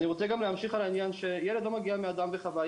אני רוצה גם להמשיך על העניין שילד לא מגיע מאדם וחווה,